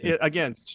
again